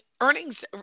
earnings